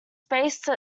space